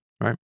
right